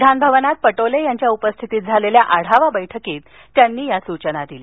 विधानभवनात पटोले यांच्या उपस्थितीत झालेल्या आढावा बैठकीत त्यांनी या सुचना दिल्या